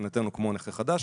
מבחינתנו הם כמו נכה חדש,